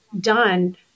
done